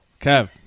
Kev